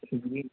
خود بھی